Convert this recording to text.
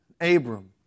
Abram